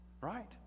right